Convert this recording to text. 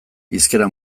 hizkera